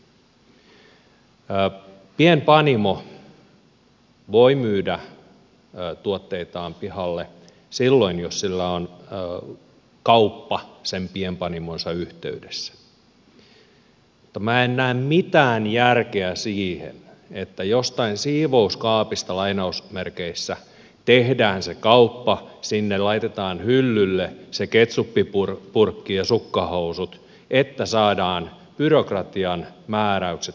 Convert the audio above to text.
pienpanimo voi myydä tuotteitaan pihalle silloin jos sillä on kauppa sen pienpanimonsa yhteydessä mutta minä en näe mitään järkeä siinä että jostain siivouskaapista tehdään se kauppa sinne laitetaan hyllylle se ketsuppipurkki ja sukkahousut että saadaan byrokratian määräykset täytettyä